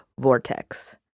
vortex